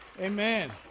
Amen